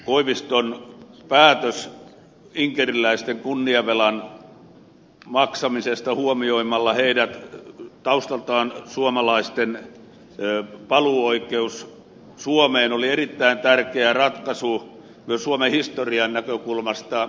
koiviston päätös inkeriläisten kunniavelan maksamisesta huomioimalla heidät taustaltaan suomalaisten paluuoikeus suomeen oli erittäin tärkeä ratkaisu myös suomen historian näkökulmasta